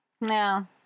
No